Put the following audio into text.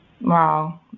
Wow